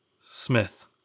Smith